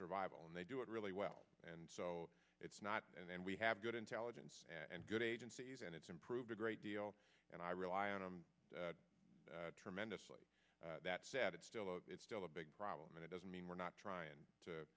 survival and they do it really well and it's not and we have good intelligence and good agencies and it's improved a great deal and i rely on them tremendously that said it's still it's still a big problem and it doesn't mean we're not trying to